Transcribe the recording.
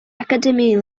academy